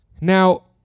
Now